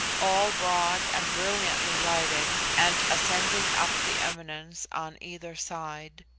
all broad and brilliantly lighted, and ascending up the eminence on either side.